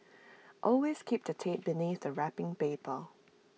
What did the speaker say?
always keep the tape beneath the wrapping paper